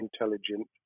intelligent